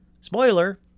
Spoiler